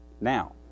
Now